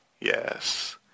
Yes